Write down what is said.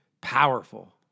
Powerful